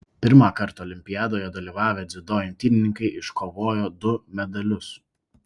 pirmąkart olimpiadoje dalyvavę dziudo imtynininkai iškovojo du medalius